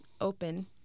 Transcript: open